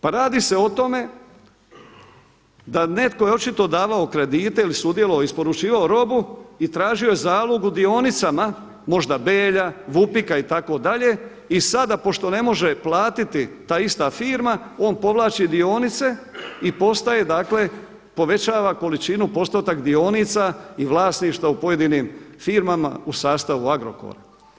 Pa radi se o tome da netko je očito davao kredite ili sudjelovao, isporučivao robu i tražio je zalog u dionicama možda Belja, Vupika itd., i sada pošto ne može platiti ta ista firma on povlači dionice i postaje dakle, povećava količinu, postotak dionica i vlasništva u pojedinim firmama u sastavu Agrokora.